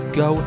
go